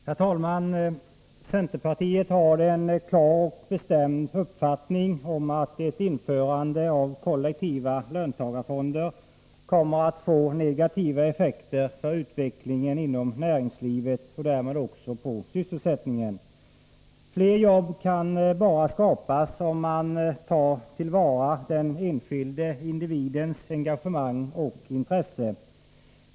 Herr talman! Centerpartiet har en klar och bestämd uppfattning om att ett införande av kollektiva löntagarfonder kommer att få negativa effekter för utvecklingen inom näringslivet och därmed också på sysselsättningen. Fler jobb kan bara skapas om man tar till vara den enskilde individens engagemang och intresse.